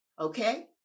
okay